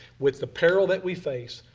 with the peril that we face,